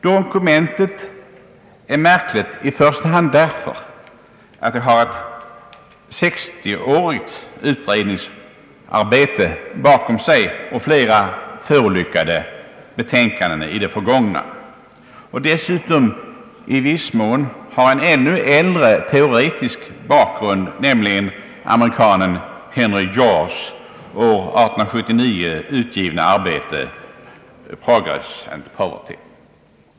Dokumentet är märkligt i första hand därför att det har ett 60-årigt utredningsarbete bakom sig och flera förolyckade betänkanden i det förgångna och dessutom i viss mån har en ännu äldre teoretisk bakgrund, nämligen amerikanen Henry Georges” år 1879 utgivna arbete Progress and Poverty.